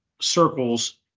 circles